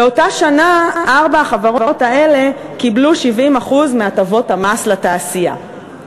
באותה שנה ארבע החברות האלה קיבלו 70% מהטבות המס לתעשייה.